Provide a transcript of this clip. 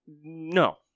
No